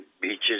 beaches